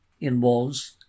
involves